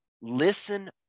Listen